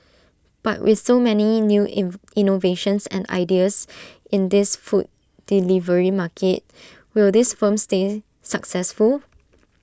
but with so many new innovations and ideas in the food delivery market will these firms stay successful